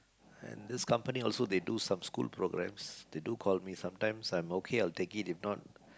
and this company also they do some school programs they do call me sometimes I'm okay I'll take it if not